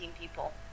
people